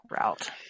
route